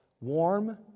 warm